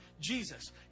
jesus